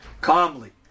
calmly